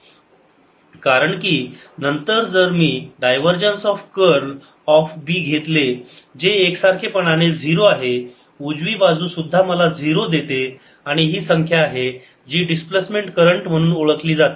× BμJconduction00E∂t कारण की नंतर जर मी divergence of curl of B घेतले जे एकसारखेपणा ने 0 आहे उजवी बाजू सुद्धा मला 0 देते आणि ही संख्या आहे जी डिस्प्लेसमेंट करंट म्हणून ओळखली जाते